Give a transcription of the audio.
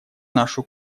нашу